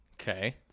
Okay